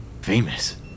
Famous